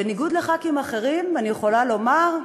בניגוד לח"כים אחרים, אני יכולה לומר,